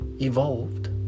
evolved